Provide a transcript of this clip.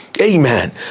amen